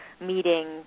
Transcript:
meeting